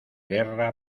guerra